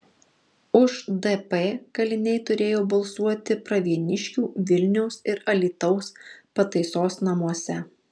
už dp kaliniai turėjo balsuoti pravieniškių vilniaus ir alytaus pataisos namuose